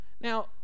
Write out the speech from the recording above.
Now